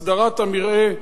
הסדרת המרעה.